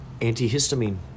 Antihistamine